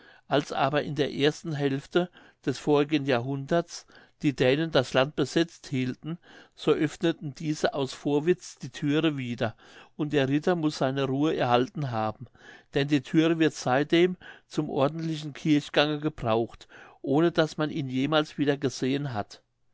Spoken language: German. als aber in der ersten hälfte des vorigen jahrhunderts die dänen das land besetzt hielten so öffneten diese aus vorwitz die thüre wieder und der ritter muß seine ruhe erhalten haben denn die thüre wird seitdem zum ordentlichen kirchgange gebraucht ohne daß man ihn jemals wieder gesehen hat